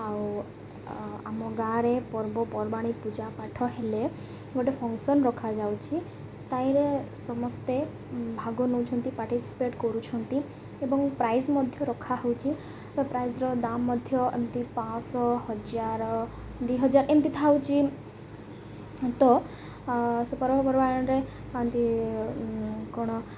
ଆଉ ଆମ ଗାଁରେ ପର୍ବପର୍ବାଣଣି ପୂଜା ପାଠ ହେଲେ ଗୋଟେ ଫଙ୍କସନ୍ ରଖାଯାଉଛି ତାହିଁରେ ସମସ୍ତେ ଭାଗ ନେଉଛନ୍ତି ପାାର୍ଟିସିପେଟ୍ କରୁଛନ୍ତି ଏବଂ ପ୍ରାଇଜ୍ ମଧ୍ୟ ରଖା ହେଉଛି ପ୍ରାଇଜ୍ର ଦାମ୍ ମଧ୍ୟ ଏମିତି ପାଞ୍ଚ ଶହ ହଜାର ଦୁଇ ହଜାର ଏମିତି ଥାଉଛି ତ ସେ ପର୍ବପର୍ବାଣିରେ ଏନ୍ତି କ'ଣ